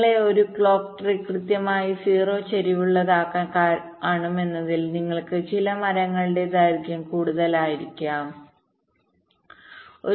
നിങ്ങൾ ഒരു clock tree കൃത്യമായി 0 ചരിവുള്ളതാക്കാൻ കാണുമെന്നതിനാൽ നിങ്ങൾക്ക് ചില മരങ്ങളുടെ ദൈർഘ്യം കൂടുതലാക്കേണ്ടി വന്നേക്കാം